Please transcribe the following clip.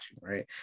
right